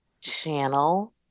channel